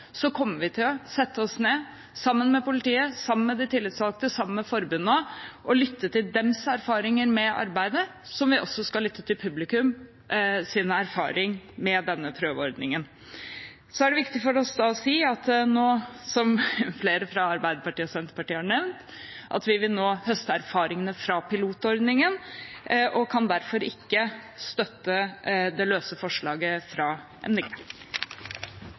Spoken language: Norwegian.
kommer vi til å sette oss ned sammen med politiet – sammen med de tillitsvalgte, sammen med forbundene – og lytte til deres erfaringer med arbeidet, som vi også skal lytte til publikums erfaringer med denne prøveordningen. Så er det viktig for oss å si at flere fra Arbeiderpartiet og Senterpartiet har nevnt at vi nå vil høste erfaringer fra pilotordningen, og vi kan derfor ikke støtte det løse forslaget fra